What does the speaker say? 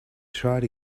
tried